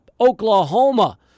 Oklahoma